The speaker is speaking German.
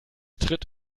tritt